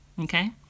Okay